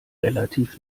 relativ